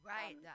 Right